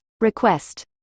request